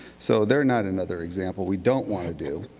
so they are not another example. we don't want to do.